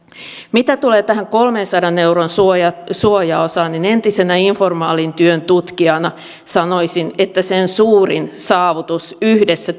mitä tulee tähän kolmensadan euron suojaosaan niin entisenä informaalin työn tutkijana sanoisin että sen suurin saavutus yhdessä